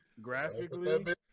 Graphically